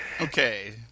Okay